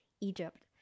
Egypt